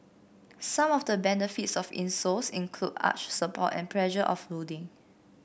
some of the benefits of insoles include arch support and pressure offloading